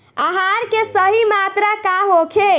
आहार के सही मात्रा का होखे?